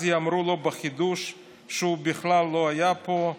אז יאמרו לו בחידוש שהוא בכלל לא היה פה,